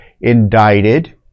indicted